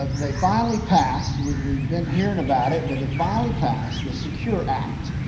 ah they finally passed we've been hearing about it, but it finally passed the secure act,